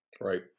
Right